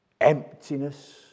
emptiness